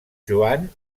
joan